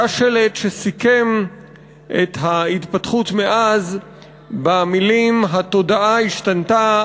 שלט שסיכם את ההתפתחות מאז במילים "התודעה השתנתה,